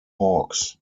hawks